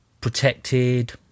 protected